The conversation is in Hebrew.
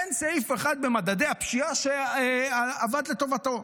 אין סעיף אחד במדדי הפשיעה שעבד לטובתו.